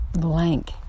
blank